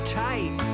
tight